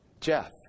Jeff